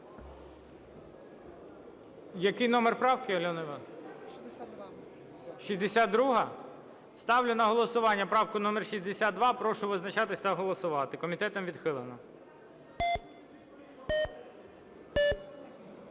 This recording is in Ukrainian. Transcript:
Який номер правки, Альоно Іванівно. 62-а? Ставлю на голосування правку номер 62. Прошу визначатись та голосувати. Комітетом відхилена.